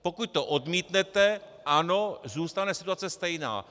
Pokud to odmítnete, ano, zůstane situace stejná.